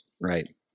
Right